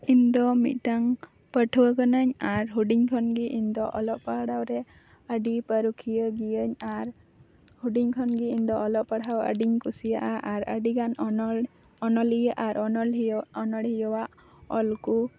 ᱤᱧ ᱫᱚ ᱢᱤᱫᱴᱟᱝ ᱯᱟᱹᱴᱷᱟᱣᱟᱹ ᱠᱟᱹᱱᱟᱹᱧ ᱟᱨ ᱦᱩᱰᱤᱧ ᱠᱷᱚᱱ ᱜᱮ ᱤᱧ ᱫᱚ ᱚᱞᱚᱜ ᱯᱟᱲᱦᱟᱣ ᱨᱮ ᱟᱹᱰᱤ ᱯᱟᱹᱨᱩᱠᱷᱤᱭᱟᱹ ᱜᱤᱭᱟᱹᱧ ᱟᱨ ᱦᱩᱰᱤᱧ ᱠᱷᱚᱱ ᱜᱮ ᱤᱧ ᱫᱚ ᱚᱞᱚᱜ ᱯᱟᱲᱦᱟᱣ ᱟᱹᱰᱤᱧ ᱠᱩᱥᱤᱭᱟᱜᱼᱟ ᱟᱨ ᱟᱹᱰᱤᱜᱟᱱ ᱚᱱᱚᱲ ᱚᱱᱚᱞᱤᱭᱟᱹ ᱟᱨ ᱚᱱᱚᱞᱤᱭᱟᱹᱣᱟᱜ ᱚᱱᱚᱲᱦᱤᱭᱟᱹᱣᱟᱜ ᱚᱞ ᱠᱚ